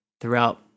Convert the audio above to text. throughout